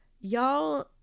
y'all